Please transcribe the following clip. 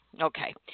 Okay